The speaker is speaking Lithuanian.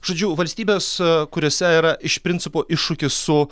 žodžiu valstybės kuriose yra iš principo iššūkis su